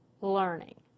learning